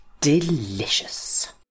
Delicious